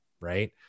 right